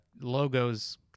logos